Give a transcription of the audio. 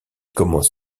commence